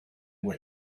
were